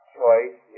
choice